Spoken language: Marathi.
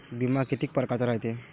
बिमा कितीक परकारचा रायते?